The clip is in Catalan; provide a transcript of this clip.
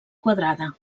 quadrada